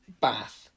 bath